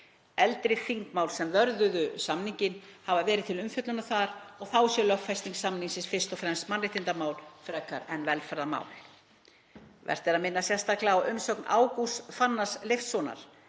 Eldri þingmál sem vörðuðu samninginn hafi verið til umfjöllunar þar og þá sé lögfesting samningsins fyrst og fremst mannréttindamál frekar en velferðarmál. Vert er að minnast sérstaklega á umsögn Ágústs Fannars Leifssonar.